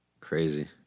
Crazy